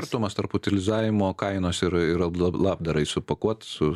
skirtumas tarp utilizavimo kainos ir ablavų labdarai supakuot su